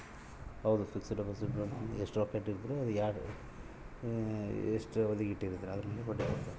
fix deposit ಎಸ್ಟ ರೊಕ್ಕ ಇಟ್ಟಿರ್ತಿವಿ ಅದುರ್ ಮೇಲೆ ಬಡ್ಡಿ ಕೊಡತಾರ